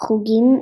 חוגים